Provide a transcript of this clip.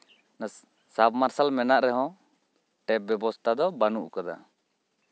ᱥᱟᱵ ᱢᱟᱨᱥᱟᱞ ᱢᱮᱱᱟᱜ ᱨᱮᱦᱚᱸ ᱴᱮᱯ ᱵᱮᱵᱚᱥᱛᱷᱟ ᱫᱚ ᱵᱟᱹᱱᱩᱜ ᱠᱟᱫᱟ